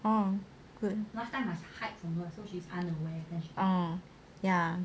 orh good oh ya